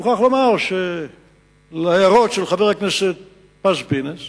אני מוכרח לומר על ההערות של חבר הכנסת פז-פינס